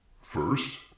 first